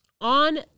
On